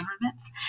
governments